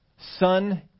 son